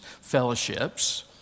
fellowships